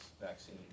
vaccine